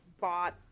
bought